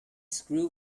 screw